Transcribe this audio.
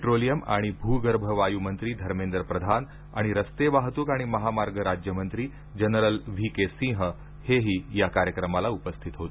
petroleum आणि भ् गर्भ वाय् मंत्री धर्मेंद्र प्रधान आणि रस्ते वाहतूक आणि महामार्ग राज्य मंत्री जनरल व्ही के सिंह हेही या कार्यक्रमाला उपस्थित होते